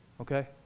Okay